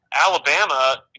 Alabama